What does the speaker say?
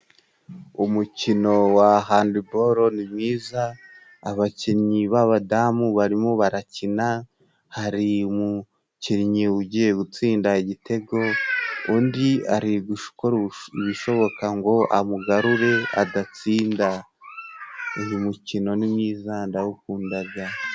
Umukino wa handiboro ni mwiza， abakinnyi b'abadamu barimo barakina， hari umukinnyi ugiye gutsinda igitego，undi ari gukora ibishoboka ngo amugarure adatsinda. Uyu mukino ni mwiza ndawukundaga.